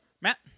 Matt